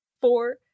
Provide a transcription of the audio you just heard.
Four